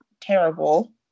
terrible